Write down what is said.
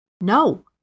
no